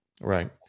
Right